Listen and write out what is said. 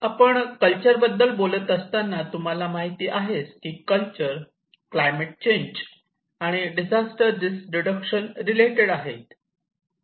आपण कल्चर बद्दल बोलत असताना तुम्हाला माहिती आहेच की कल्चर क्लायमेट चेंज आणि डिझास्टर रिस्क रिडक्शन रिलेटेड आहे